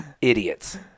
idiots